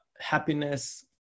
happiness